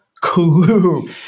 clue